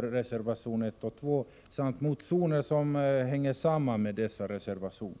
reservation 1 skatteförhållanden och 2 samt de motioner som sammanhänger med dessa reservationer.